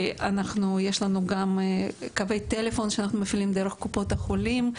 יש לנו גם קווי טלפון שאנחנו מפעילים דרך קופות החולים,